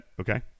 okay